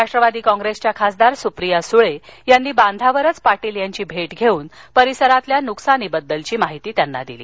राष्ट्रवादी काँप्रेसच्या खासदार सुप्रिया सुळे यांनी बांधावरच पाटील यांची भेट घेऊन परिसरातल्या नुकसानीबद्दलची माहिती त्यांना दिली